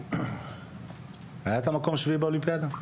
היית במקום השביעי באולימפיאדה?